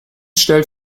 stellt